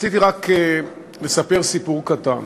רציתי רק לספר סיפור קטן.